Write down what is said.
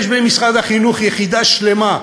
יש במשרד החינוך יחידה שלמה,